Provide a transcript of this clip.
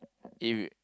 if